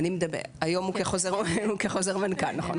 היום הוא כחוזר מנכ"ל, נכון.